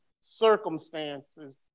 circumstances